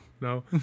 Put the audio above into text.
No